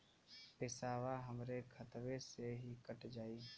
पेसावा हमरा खतवे से ही कट जाई?